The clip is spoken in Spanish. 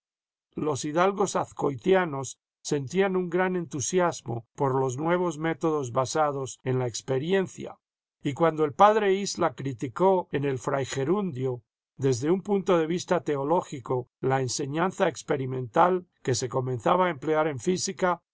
los hidalgos azcoitianos sentían un gran entusiasmo por los nuevos métodos basados en la experiencia y cuando el padre isla criticó en el fray gerimdio desde un punto de vista teológico la enseñanza experimental que se comenzaba a emplear en física